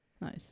Nice